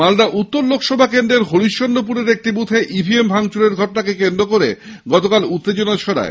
মালদা উত্তর লোকসভা কেন্দ্রের হরিশচন্দ্রপুরের একটি বুথে ইভিএম ভাঙচুরের ঘটনাকে কেন্দ্র করে উত্তেজনা ছড়ায়